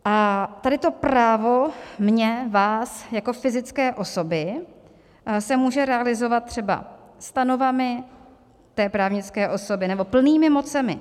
A tady to právo mě, vás jako fyzické osoby se může realizovat třeba stanovami právnické osoby nebo plnými mocemi.